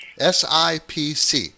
SIPC